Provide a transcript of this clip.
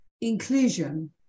inclusion